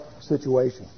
situation